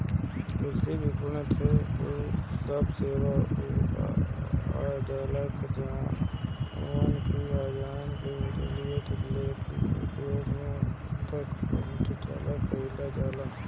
कृषि विपणन में उ सब सेवा आजाला जवन की अनाज उपजला से लेके उपभोक्ता तक पहुंचवला में कईल जाला